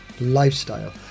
lifestyle